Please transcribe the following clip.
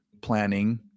planning